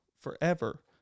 forever